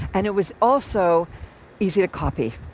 and it was also easy to copy.